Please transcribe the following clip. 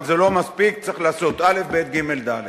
אבל זה לא מספיק, צריך לעשות א', ב', ג', ד'.